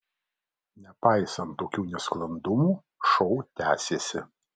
nepaisant tokių nesklandumų šou tęsėsi